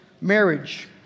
marriage